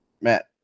Matt